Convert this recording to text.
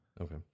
Okay